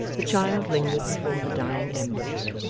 the child lingered before the dying embers,